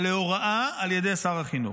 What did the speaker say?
להוראה על ידי שר החינוך,